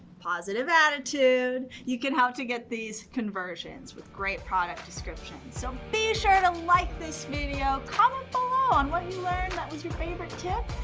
positive attitude, you can help to get these conversions with great product descriptions. so be sure to like this video. comment below on what you learned, what was your favorite tip.